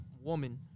woman